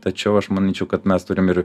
tačiau aš manyčiau kad mes turim ir